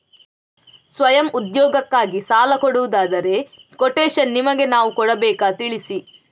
ಸ್ವಯಂ ಉದ್ಯೋಗಕ್ಕಾಗಿ ಸಾಲ ಕೊಡುವುದಾದರೆ ಕೊಟೇಶನ್ ನಿಮಗೆ ನಾವು ಕೊಡಬೇಕಾ ತಿಳಿಸಿ?